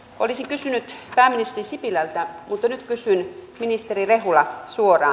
olisin kysynyt pääministeri sipilältä mutta nyt kysyn ministeri rehula suoraan